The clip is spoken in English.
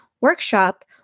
workshop